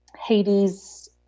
Hades